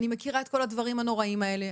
אני מכירה את כל הדברים הנוראים האלה,